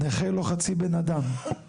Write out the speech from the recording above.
"נכה לא חצי בן אדם".